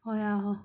oh